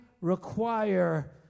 require